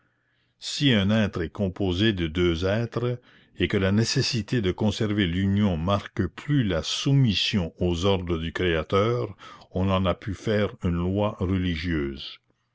si un être est composé de deux êtres et que la nécessité de conserver l'union marque plus la soumission aux ordres du créateur on en a pu faire une loi religieuse